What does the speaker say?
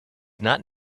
not